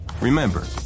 Remember